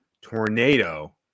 tornado